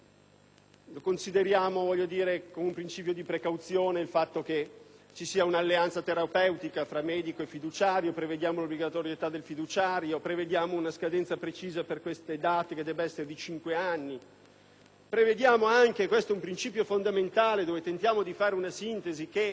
consideriamo come un principio di precauzione il fatto che vi sia un'alleanza terapeutica fra medico e fiduciario; prevediamo l'obbligatorietà del fiduciario; prevediamo una scadenza precisa per la DAT, che dev'essere di cinque anni; prevediamo anche - e questo è un principio fondamentale su cui tentiamo di fare una sintesi - che,